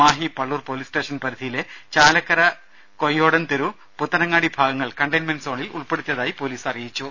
Mahe Pallur police station പരിധിയിലെ ചാലക്കര കോയ്യോടൻ തെരു പുത്തനങ്ങാടി ഭാഗങ്ങൾ containment സോണിൽ ഉൾപ്പെടുത്തിതായി മാഹി പോലീസ് അറിയിച്ചു